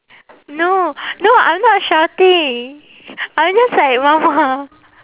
no no I'm not shouting I'm just like mama